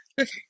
Okay